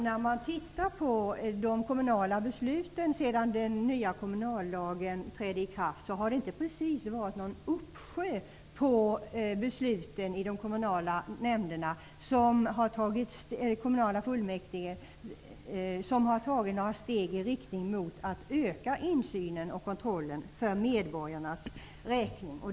När man tittar på de kommunala besluten alltsedan den nya kommunallagen trädde i kraft, finner man att det i kommunfullmäktige inte precis varit en uppsjö av beslut som innebär att några steg tagits i riktning mot en ökad insyn och kontroll för medborgarnas räkning.